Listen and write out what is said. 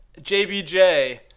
JBJ